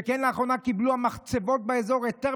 שכן לאחרונה קיבלו המחצבות באזור היתר